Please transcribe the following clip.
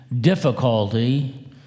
difficulty